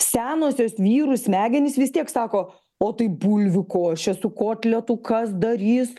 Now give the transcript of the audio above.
senosios vyrų smegenys vis tiek sako o tai bulvių košę su kotletu kas darys